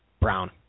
Brown